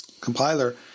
compiler